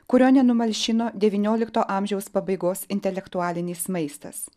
kurio nenumalšino devyniolikto amžiaus pabaigos intelektualinis maistas